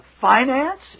finance